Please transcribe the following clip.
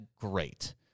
great